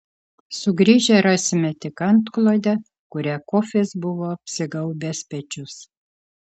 sugrįžę rasime tik antklodę kuria kofis buvo apsigaubęs pečius